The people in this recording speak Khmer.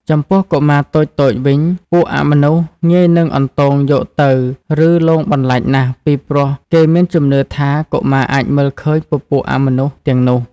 ចំពោះកុមារតូចៗវិញពួកអមនុស្សងាយនឹងអន្ទងយកទៅឬលងបន្លាចណាស់ពីព្រោះគេមានជំនឿថាកុមារអាចមើលឃើញពពួកអមនុស្សទាំងនោះ